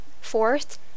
Fourth